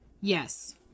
Yes